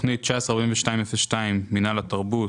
תכנית 19-42-02 מינהל התרבות